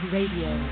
Radio